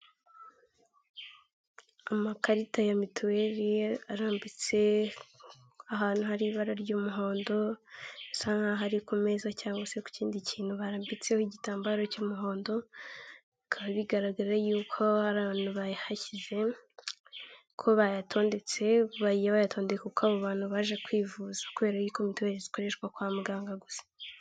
Amakarita ya mituweli arambitse ahantu hari ibara ry'umuhondo bisa nkaho ari ku meza cyangwa se ku kindi kintu barambitseho igitambaro cy'umuhondo, bikaba bigaragara yuko ari abantu bayahashyize. Kuko bayatondetse bagiye bayatondeka uko abo bantu baje kwivuza kubera yuko mituli zikoreshwa kwa muganga gusa.